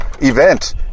event